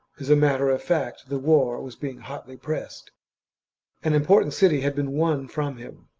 as a matter of fact the war was being hotly pressed an important city had been won from him,